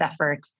effort